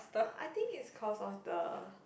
I think is cause of the